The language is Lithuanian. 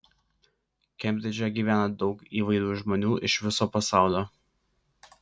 kembridže gyvena daug įvairių žmonių iš viso pasaulio